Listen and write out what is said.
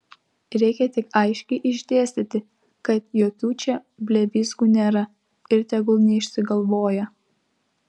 reikia tik aiškiai išdėstyti kad jokių čia blevyzgų nėra ir tegul neišsigalvoja